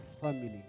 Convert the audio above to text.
family